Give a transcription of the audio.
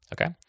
okay